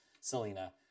Selena